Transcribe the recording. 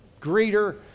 greeter